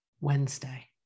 Wednesday